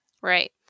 Right